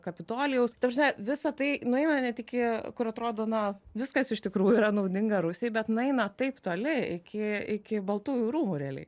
kapitolijaus ta prasme visa tai nueina net iki kur atrodo na viskas iš tikrųjų yra naudinga rusijai bet nueina taip toli iki iki baltųjų rūmų realiai